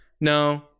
No